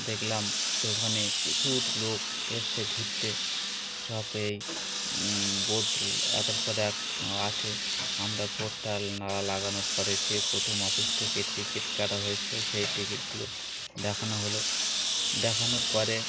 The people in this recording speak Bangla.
দেখলাম যে ওখানে পোচুর লোক এসসে ঘুরতে সবেই বোর্ড একের পর এক আছে আমরা পোরটাল না লাগানোর পরে যেয়ে প্রথম অফিস থেকে টিকিট কাটা হয়েছিল সেই টিকিটগুলো দেখানো হলো দেখানোর পরে